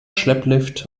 schlepplift